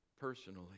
personally